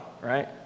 Right